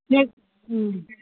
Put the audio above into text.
ꯎꯝ